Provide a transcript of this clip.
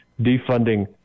defunding